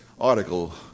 article